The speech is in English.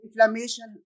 inflammation